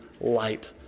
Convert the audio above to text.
light